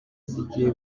zijyiye